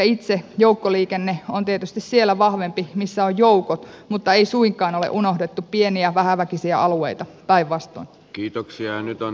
itse joukkoliikenne on tietysti siellä vahvempi missä on joukot mutta ei suinkaan ole unohdettu pieniä vähäväkisiä alueita päinvastoin